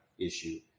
issue